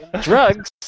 drugs